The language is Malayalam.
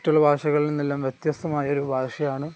മറ്റുള്ള ഭാഷകളിൽനിന്നെല്ലാം വ്യത്യസ്തമായ ഒരു ഭാഷയാണ്